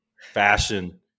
fashion